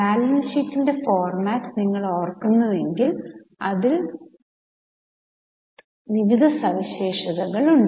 balance ഷീറ്റിന്റെ format നിങ്ങൾ ഓർക്കുന്നുവെങ്കിൽ അതിൽ പല വിഭാഗങ്ങളുണ്ട്